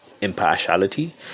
impartiality